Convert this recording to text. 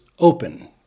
Open